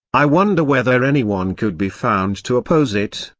i wonder whether anyone could be found to oppose it,